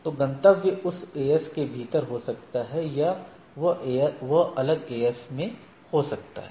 तो गंतव्य उस AS के भीतर हो सकता है या वह अलग एएस में हो सकता है